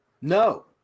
No